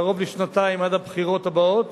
קרוב לשנתיים, עד הבחירות הבאות,